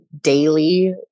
daily